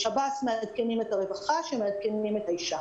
שב"ס מעדכנים את הרווחה, שמעדכנים את האישה.